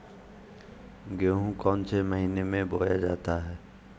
गेहूँ कौन से महीने में बोया जाता है?